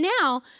now